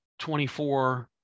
24